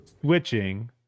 switching